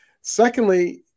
Secondly